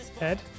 Ed